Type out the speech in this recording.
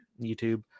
YouTube